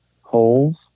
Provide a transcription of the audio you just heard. holes